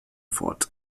fort